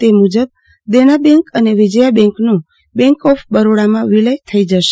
તે મુજબ દેનાબેન્ક અને વિજયા બેન્કનો બેન્ક ઓફ બરોડામાં વિલય થઈ જશે